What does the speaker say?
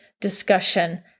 discussion